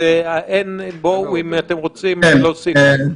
אם אתם רוצים להוסיף.